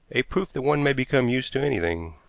a proof that one may become used to anything.